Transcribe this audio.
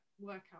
workout